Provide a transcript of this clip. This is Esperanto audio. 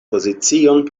pozicion